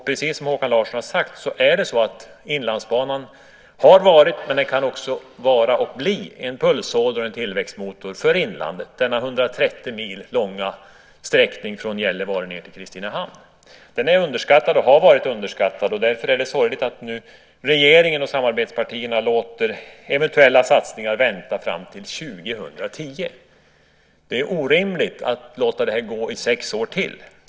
Precis som Håkan Larsson har sagt är det så att Inlandsbanan - denna 130 mil långa sträckning från Gällivare och ned till Kristinehamn - har varit men också kan vara och bli en pulsåder och en tillväxtmotor för inlandet. Den är och har varit underskattad, och det är därför sorgligt att regeringen och samarbetspartierna låter eventuella satsningar vänta fram till 2010. Det är orimligt att låta det här gå i sex år till.